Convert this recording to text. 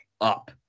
up